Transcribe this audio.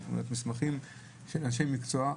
של אנשי מקצוע.